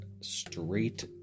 straight